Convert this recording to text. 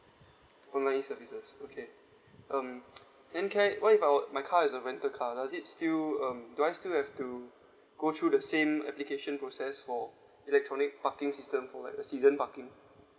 online E services okay um then can I what if I would my car is a rented car does it still um do I still have to go through the same application process for electronic parking system for like a season parking